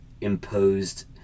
imposed